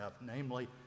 namely